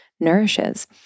nourishes